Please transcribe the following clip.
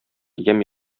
ямь